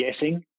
guessing